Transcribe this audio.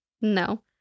No